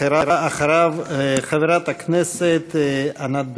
אחריו, חברת הכנסת ענת ברקו.